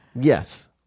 Yes